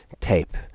tape